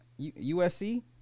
USC